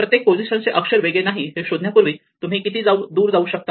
प्रत्येक पोझिशन चे अक्षर वेगळे नाही हे शोधण्यापूर्वी तुम्ही किती दूर जाऊ शकता